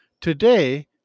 Today